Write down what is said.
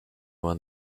won